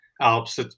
Alps